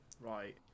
right